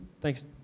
Thanks